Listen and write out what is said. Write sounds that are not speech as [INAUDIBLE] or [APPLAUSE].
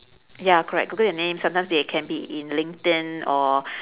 ya correct google your name sometimes they can be in linkedin or [BREATH]